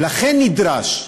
ולכן זה נדרש,